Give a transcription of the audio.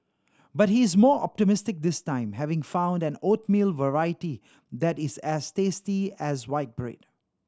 but he is more optimistic this time having found that oatmeal variety that is as tasty as white bread